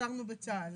עצרנו בצה"ל,